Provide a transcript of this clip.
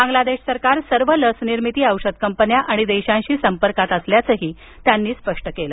बांग्लादेश सरकार सर्व लस निर्मिती औषध कंपन्या आणि देशांशी संपर्कात असल्याचंही त्यांनी स्पष्ट केलं